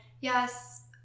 yes